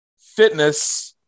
fitness